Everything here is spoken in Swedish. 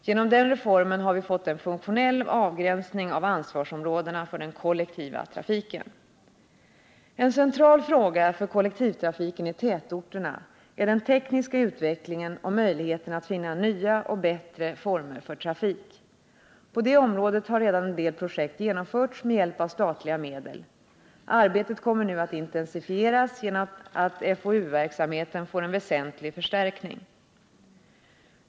Genom den reformen har vi fått en funktionell avgränsning av ansvarsområdena för den kollektiva trafiken. En central fråga för kollektivtrafiken i tätorterna är den tekniska utvecklingen och möjligheterna att finna nya och bättre former för trafik. På det området har redan en del projekt genomförts med hjälp av statliga medel. Arbetet kommer nu att intensifieras genom att FoU-verksamheten får en väsentlig förstärkning.